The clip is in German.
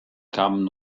kamen